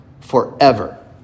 forever